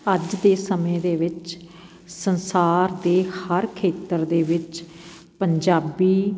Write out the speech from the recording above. ਅੱਜ ਦੇ ਸਮੇਂ ਦੇ ਵਿੱਚ ਸੰਸਾਰ 'ਤੇ ਹਰ ਖੇਤਰ ਦੇ ਵਿੱਚ ਪੰਜਾਬੀ